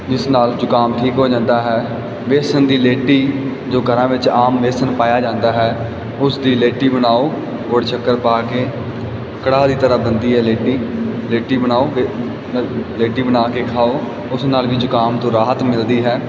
ਜਿਸ ਨਾਲ ਜੁਕਾਮ ਠੀਕ ਹੋ ਜਾਂਦਾ ਹੈ ਬੇਸਨ ਦੀ ਲੇਟੀ ਜੋ ਘਰਾਂ ਵਿੱਚ ਆਮ ਬੇਸਨ ਪਾਇਆ ਜਾਂਦਾ ਹੈ ਉਸ ਦੀ ਲੇਟੀ ਬਣਾਓ ਗੁੜ ਸ਼ੱਕਰ ਪਾ ਕੇ ਕੜਾਹ ਦੀ ਤਰਹਾਂ ਬਣਦੀ ਹੈ ਲੇਟੀ ਲੇਟੀ ਬਣਾਓਗੇ ਲੇਟੀ ਬਣਾ ਕੇ ਖਾਓ ਉਸ ਨਾਲ ਵੀ ਜੁਕਾਮ ਤੋਂ ਰਾਹਤ ਮਿਲਦੀ ਹੈ